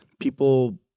People